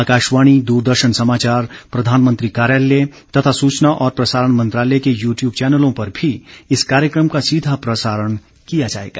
आकाशवाणी दूरदर्शन समाचार प्रधानमंत्री कार्यालय तथा सूचना और प्रसारण मंत्रालय के यूट्यूब चैनलों पर भी इस कार्यक्रम का सीधा प्रसारण किया जाएगा